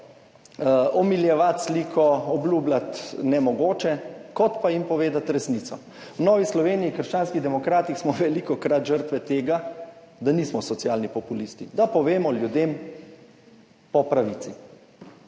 omiljevati sliko, obljubljati nemogoče, kot pa jim povedati resnico. V Novi Sloveniji – krščanskih demokratih smo velikokrat žrtve tega, da nismo socialni populisti, da povemo ljudem po pravici.